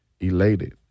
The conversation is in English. elated